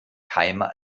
keime